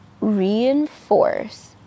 reinforce